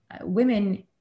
women